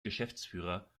geschäftsführer